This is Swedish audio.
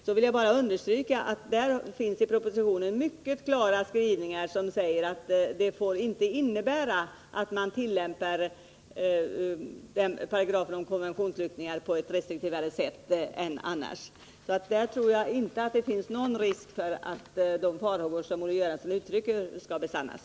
Jag vill då understryka att därom finns i propositionen mycket klara skrivningar, som säger att detta inte får innebära att man tillämpar paragrafen om konventionsflyktingar på ett restriktivare sätt än annars. Där tror jag inte att det finns någon risk för att de farhågor som Olle Göransson uttryckte skall besannas.